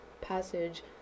passage